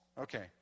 Okay